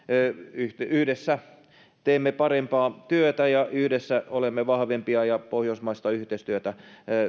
yhdessä teemme parempaa työtä ja yhdessä olemme vahvempia ja pohjoismaista yhteistyötä